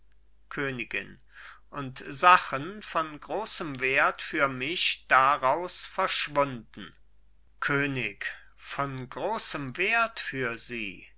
königin und sachen von großem wert für mich daraus verschwunden könig von großem wert für sie